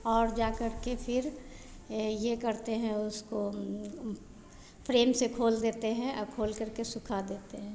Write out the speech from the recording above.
और जा करके फिर करते हैं उसको प्रेम से खोल देते हैं और खोल करके सुखा देते हैं